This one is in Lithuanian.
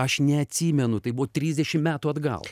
aš neatsimenu tai buvo trisdešimt metų atgal